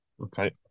Okay